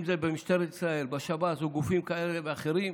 אם זה במשטרת ישראל, בשב"ס ובגופים כאלה ואחרים,